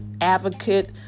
advocate